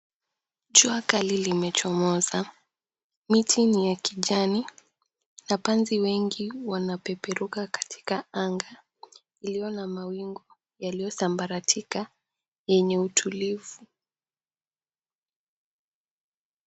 Jua kali limechomoza. Miti ni ya kijani na panzi wengi wanapeperuka katika anga iliyo na mawingu yaliyosambaratika yenye utulivu.